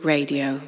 Radio